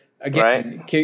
Again